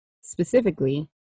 specifically